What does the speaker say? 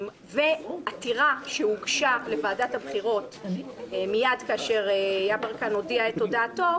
ועתירה שהוגשה לוועדת הבחירות מייד כאשר יברקן הודיע את הודעתו,